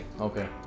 Okay